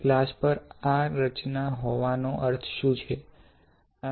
glass પર આ રચના હોવાનો અર્થ શું છે